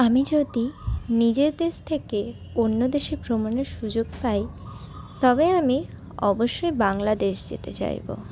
আমি যদি নিজের দেশ থেকে অন্য দেশে ভ্রমণের সুযোগ পাই তবে আমি অবশ্যই বাংলাদেশ যেতে চাইবো